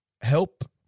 help